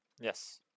Yes